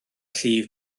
llif